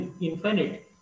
infinite